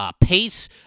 pace